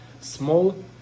small